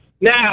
Now